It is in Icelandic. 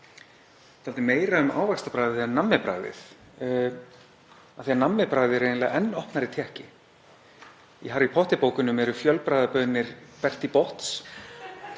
dálítið meira um ávaxtabragðið en nammibragðið af því að nammibragð er eiginlega enn opnari tékki. Í Harry Potter bókunum eru fjölbragðabaunir Berti Botts.